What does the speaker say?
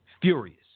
furious